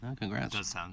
Congrats